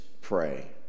pray